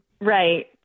right